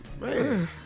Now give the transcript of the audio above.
man